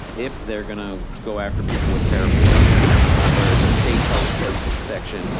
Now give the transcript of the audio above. if they're going to go after people with paraphernalia there is a state health code code section.